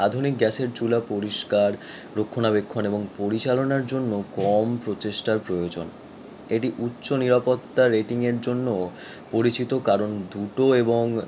আধুনিক গ্যাসের চুল্লি পরিষ্কার রক্ষণা বেক্ষণ এবং পরিচালনার জন্য কম প্রচেষ্টার প্রয়োজন এটি উচ্চ নিরাপত্তা রেটিংয়ের জন্যও পরিচিত কারণ দুটো এবং